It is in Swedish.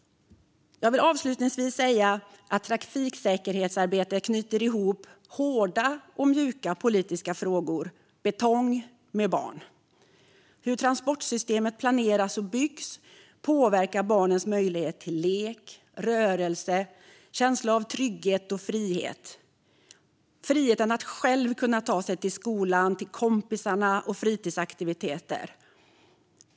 Jag vill avslutningsvis säga att trafiksäkerhetsarbetet knyter ihop hårda och mjuka politiska frågor - betong med barn. Hur transportsystemet planeras och byggs påverkar barnens möjlighet till lek, rörelse och känsla av trygghet och frihet - friheten att själv kunna ta sig till skolan, till kompisarna och till fritidsaktiviteter.